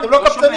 הם לא קבצנים.